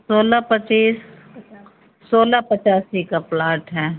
सोलह पच्चीस सोलह पचासी का प्लाट है